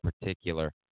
particular